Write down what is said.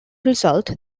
result